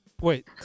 Wait